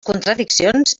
contradiccions